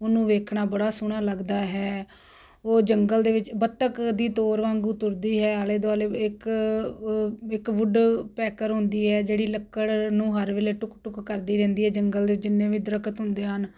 ਉਹਨੂੰ ਵੇਖਣਾ ਬੜਾ ਸੋਹਣਾ ਲੱਗਦਾ ਹੈ ਉਹ ਜੰਗਲ ਦੇ ਵਿੱਚ ਬੱਤਖ ਦੀ ਤੋਰ ਵਾਂਗੂ ਤੁਰਦੀ ਹੈ ਆਲੇ ਦੁਆਲੇ ਇੱਕ ਇੱਕ ਵੁੱਡਪੈਕਰ ਹੁੰਦੀ ਹੈ ਜਿਹੜੀ ਲੱਕੜ ਨੂੰ ਹਰ ਵੇਲੇ ਟੁੱਕ ਟੁੱਕ ਕਰਦੀ ਰਹਿੰਦੀ ਹੈ ਜੰਗਲ ਦੇ ਜਿੰਨੇ ਵੀ ਦਰੱਖਤ ਹੁੰਦੇ ਹਨ